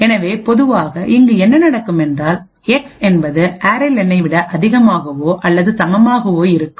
எனவே பொதுவாக இங்கு என்ன நடக்கும் என்றால் எக்ஸ் என்பது அரே லெனைarray len விட அதிகமாகவோ அல்லது சமமாகவோ இருக்கும்